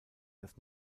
das